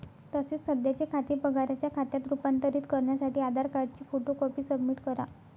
तसेच सध्याचे खाते पगाराच्या खात्यात रूपांतरित करण्यासाठी आधार कार्डची फोटो कॉपी सबमिट करा